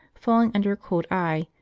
falling under a cold eye,